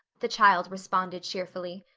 the child responded cheerfully.